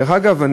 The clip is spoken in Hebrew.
דרך אגב,